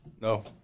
No